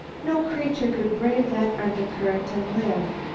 no creature could brave that undercurrent and live.